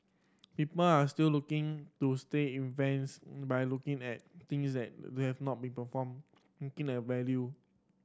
people are still looking to stay invested but looking at things that we have not be performed looking at value